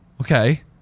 okay